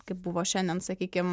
kaip buvo šiandien sakykim